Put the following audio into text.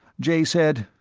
jay said,